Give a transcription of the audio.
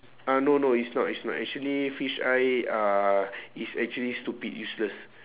uh no no it's not it's not actually fish eye uh it's actually stupid useless